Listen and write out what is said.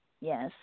yes